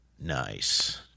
Nice